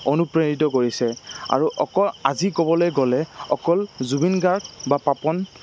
অনুপ্ৰেণিত কৰিছে আৰু অকল আজি ক'বলে গ'লে অকল জুবিন গাৰ্গ বা পাপন